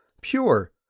pure